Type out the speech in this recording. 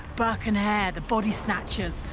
burke and hare, the body snatchers,